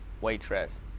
waitress